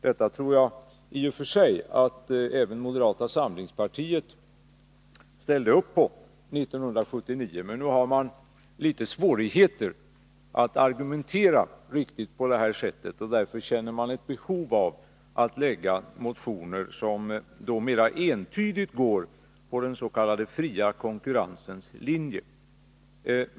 Detta tror jag i och för sig att även moderata samlingspartiet ställde upp bakom 1979. Men nu har man litet svårigheter att argumentera på det här sättet, och därför känner man ett behov av att lägga fram motioner som mera entydigt följer den s.k. fria konkurrensens linje.